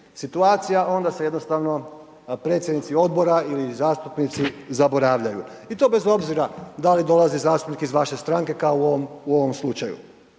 situacija onda se jednostavno predsjednici odbora ili zastupnici zaboravljaju i to bez obzira da li dolazi zastupnik iz vaše stranke kao u ovom slučaju.